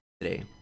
today